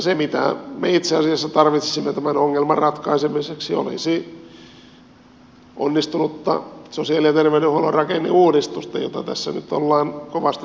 se mitä me itse asiassa tarvitsisimme tämän ongelman ratkaisemiseksi olisi onnistunutta sosiaali ja terveydenhuollon rakenneuudistusta jota tässä nyt ollaan kovasti tehty